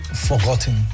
forgotten